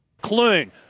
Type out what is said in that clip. Clune